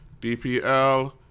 DPL